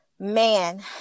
Man